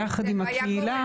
יחד עם הקהילה,